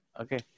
Okay